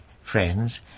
Friends